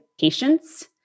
patience